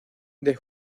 the